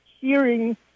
hearing